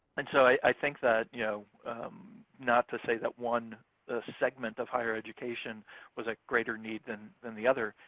and so i think that, you know not to say that one segment of higher education was at greater need than than the other,